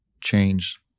change